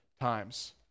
times